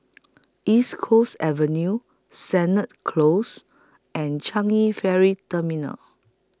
East Coast Avenue Sennett Close and Changi Ferry Terminal